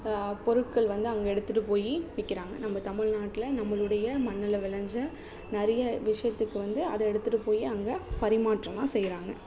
பொருட்கள் வந்து அங்கே எடுத்துகிட்டு போய் விற்கிறாங்க நம்ம தமிழ்நாட்ல நம்மளுடைய மண்ணில் விளைஞ்ச நிறைய விஷயத்துக்கு வந்து அதை எடுத்துகிட்டு போய் அங்கே பரிமாற்றமாக செய்கிறாங்க